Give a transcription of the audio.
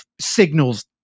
signals